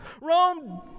Rome